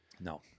No